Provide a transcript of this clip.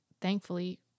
thankfully